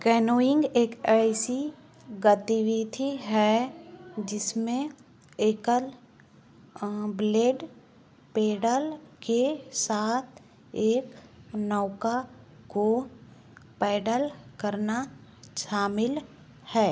canoeing एक ऐसी गतिविधि है जिसमें एकल ब्लेड पैडल के साथ एक नौका को पैडल करना शामिल है